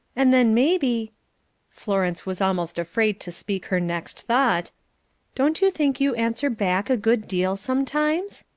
and then maybe florence was almost afraid to speak her next thought don't you think you answer back a good deal sometimes?